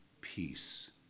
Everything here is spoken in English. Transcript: peace